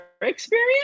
experience